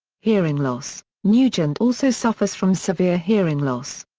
hearing loss nugent also suffers from severe hearing loss.